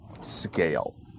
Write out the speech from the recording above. scale